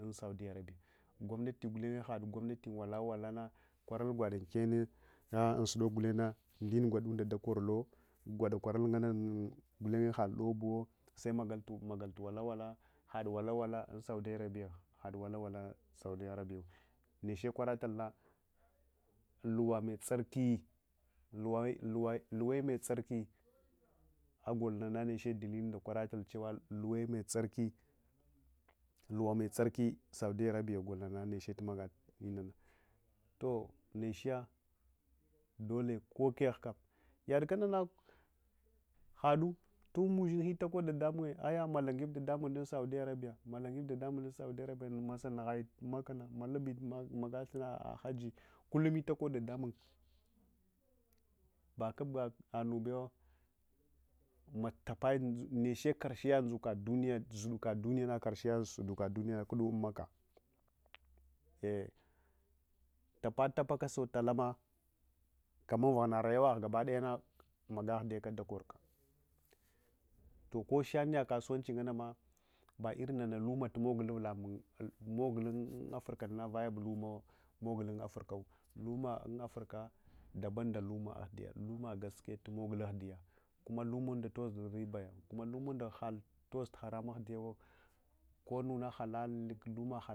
Gomnati gulenye had gomnati walawalano kwaral gwad inkenne a’ unsudak gulengnah din gwadunda dakorulo gwada kwaral nganna gulenye hal dobuwo semagaltu magal walawala had walawala un saudia arabiya had walawale unsaudiya arabiyawo neche kwarata lna luwa metsarki luwa luwe metsarki agoinana necht dalilun da kwaratal chewa luwe metsarki luwa metsarki saudiya arabiya golnana neche tumagal al lnans toh neche dalilun keghkam yadkansna hadu tumagal al inana toh’ nechiya dole kokeghkam yadkanana hadu tunmushinghe takodtu ɗaɗamung aya malunged ɗaɗamung dun saudiya arabiya malungeb ɗaɗamung dun saudiya arabiya masa nughai makkah na malupi maga thunna hajji kullumi takod ɗaɗamung bagubga nubewa matapai neche karshiya ndzuko duniya dzuduka duniyana karshiya zuduka duniyana kudu am makkah eh'tapatapaka sau talama kaman vaghana rayuwagh gabadejana miga aghdiyaka dakorka toh ko sha’aniya kasuwanchi nginna nna ba’irin nana lumma tumogul uvula moruiun un africana yayab lumawo lumma un africa daban nda lumma aghdiya lumma gaskiya tumogul ahdiya kumma lumunda tozul ribaya lummunda hal toz haramung andiya awo kounna halal lumma halal